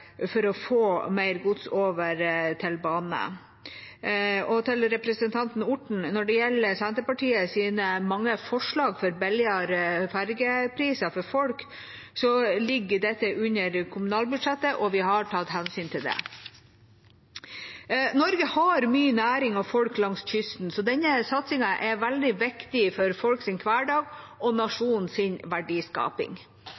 for å få mer gods over til bane. Og til representanten Orten: Når det gjelder Senterpartiets mange forslag til billigere ferjepriser for folk, ligger dette under kommunalbudsjettet, og vi har tatt hensyn til det. Norge har mye næring og folk langs kysten, så denne satsingen er veldig viktig for folks hverdag og